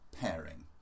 pairing